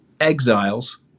exiles